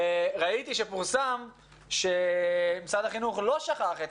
ראיתי שפורסם שמשרד החינוך לא שכח את